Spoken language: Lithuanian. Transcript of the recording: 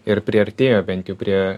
ir priartėjo bent jau prie